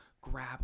grab